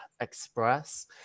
express